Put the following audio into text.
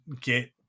get